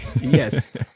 Yes